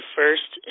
first